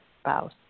spouse